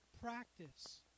practice